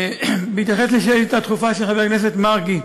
בהתייחס לשאילתה דחופה של חבר הכנסת מרגי,